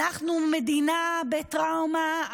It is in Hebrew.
אנחנו מדינה בטראומה.